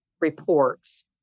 reports